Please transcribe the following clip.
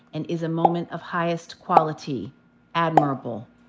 and is a moment of highest quality admirable.